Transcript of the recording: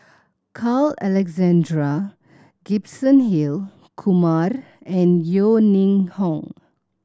Carl Alexander Gibson Hill Kumar and Yeo Ning Hong